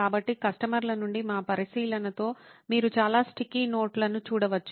కాబట్టి కస్టమర్ల నుండి మా పరిశీలనతో మీరు చాలా స్టిక్కీ నోట్లను చూడవచ్చు